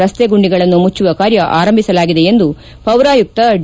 ರಸ್ತೆ ಗುಂಡಿಗಳನ್ನು ಮುಚ್ಚುವ ಕಾರ್ಯ ಆರಂಭಿಸಲಾಗಿದೆ ಎಂದು ಪೌರಾಯುಕ್ನ ಡಿ